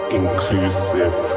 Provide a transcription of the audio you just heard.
inclusive